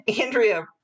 Andrea